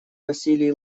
василий